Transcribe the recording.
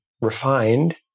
refined